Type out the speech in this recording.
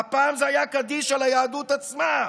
"הפעם זה היה קדיש על היהדות עצמה,